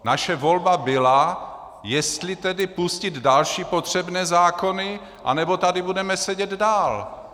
Naše volba byla, jestli tedy pustit další potřebné zákony, nebo tady budeme sedět dál.